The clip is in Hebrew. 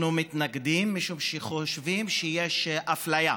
אנחנו מתנגדים, משום שאנחנו חושבים שיש אפליה.